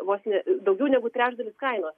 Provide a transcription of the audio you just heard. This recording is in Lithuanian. vos ne daugiau negu trečdalis kainos